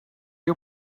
you